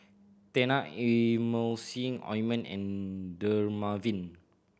Tena Emulsying Ointment and Dermaveen